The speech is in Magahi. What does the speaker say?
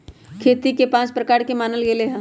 खेती के पाँच प्रकार के मानल गैले है